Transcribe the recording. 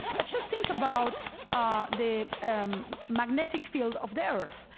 but just think about ah the um magnetic field of the earth.